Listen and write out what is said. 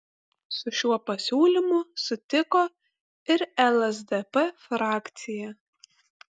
su šiuo siūlymu sutiko ir lsdp frakcija